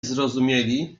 zrozumieli